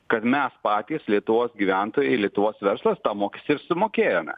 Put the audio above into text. kad mes patys lietuvos gyventojai ir lietuvos verslas tą mokestį ir sumokėjome